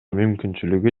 мүмкүнчүлүгү